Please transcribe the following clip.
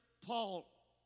Paul